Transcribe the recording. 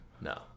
No